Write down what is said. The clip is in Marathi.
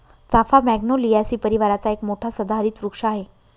चाफा मॅग्नोलियासी परिवाराचा एक मोठा सदाहरित वृक्ष आहे